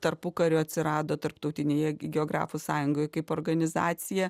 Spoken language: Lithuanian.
tarpukariu atsirado tarptautinėje geografų sąjungoj kaip organizacija